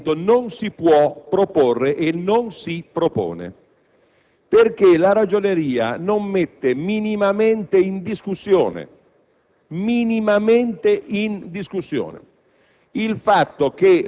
un problema di inammissibilità dell'emendamento non si può proporre e non si propone perché la Ragioneria non mette minimamente in discussione